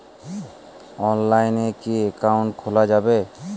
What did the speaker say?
অনলাইনে কি অ্যাকাউন্ট খোলা যাবে?